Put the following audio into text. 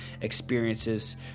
experiences